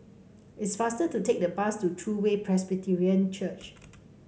it's faster to take the bus to True Way Presbyterian Church